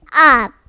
up